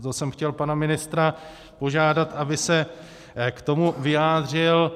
To jsem chtěl pana ministra požádat, aby se k tomu vyjádřil.